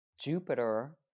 Jupiter